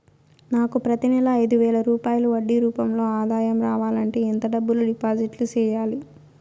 నాకు ప్రతి నెల ఐదు వేల రూపాయలు వడ్డీ రూపం లో ఆదాయం రావాలంటే ఎంత డబ్బులు డిపాజిట్లు సెయ్యాలి?